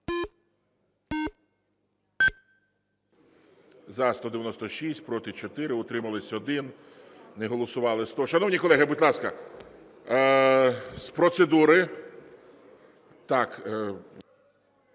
За-196 Проти – 4, утримались – 1, не голосували – 100. Шановні колеги, будь ласка, з процедури...